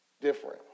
different